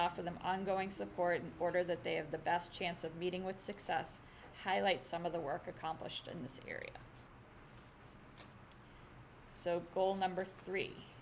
offer them ongoing support in order that they have the best chance of meeting with success highlight some of the work accomplished in this area so goal number three